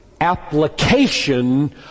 application